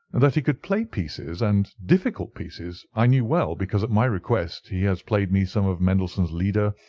that he could play pieces, and difficult pieces, i knew well, because at my request he has played me some of mendelssohn's lieder,